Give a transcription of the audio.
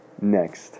next